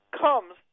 comes